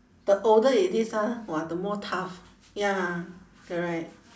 the older it is ah !wah! the more tough ya correct